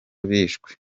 bishwe